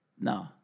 No